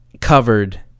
covered